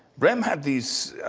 rehm had these,